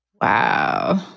Wow